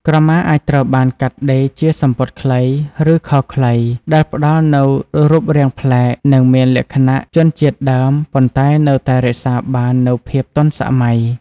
ក្រមាអាចត្រូវបានកាត់ដេរជាសំពត់ខ្លី ឬខោខ្លី ដែលផ្តល់នូវរូបរាងប្លែក និងមានលក្ខណៈជនជាតិដើម ប៉ុន្តែនៅតែរក្សាបាននូវភាពទាន់សម័យ។